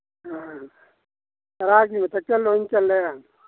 ꯑ ꯇꯔꯥꯒꯤ ꯃꯊꯛꯇ ꯂꯣꯏꯅ ꯆꯜꯂꯦ